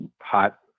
hot